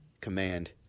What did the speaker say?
command